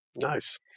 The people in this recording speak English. nice